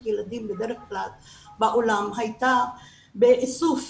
ילדים בדרך כלל בעולם הייתה באיסוף